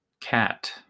Cat